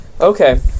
Okay